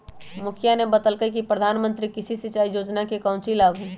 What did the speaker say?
मुखिवा ने बतल कई कि प्रधानमंत्री कृषि सिंचाई योजना के काउची लाभ हई?